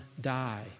die